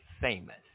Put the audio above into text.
famous